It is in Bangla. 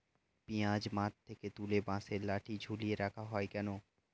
পিঁয়াজ মাঠ থেকে তুলে বাঁশের লাঠি ঝুলিয়ে রাখা হয় কেন?